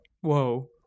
whoa